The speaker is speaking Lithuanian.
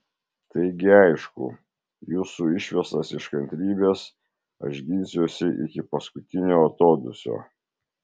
taigi aišku jūsų išvestas iš kantrybės aš ginsiuosi iki paskutinio atodūsio